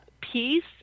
peace